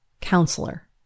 Counselor